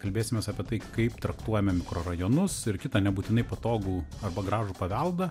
kalbėsimės apie tai kaip traktuojame mikrorajonus ir kitą nebūtinai patogų arba gražų paveldą